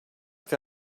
que